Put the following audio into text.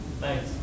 Thanks